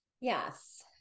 Yes